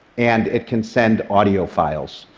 and it can send audio files.